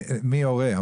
מי הורה?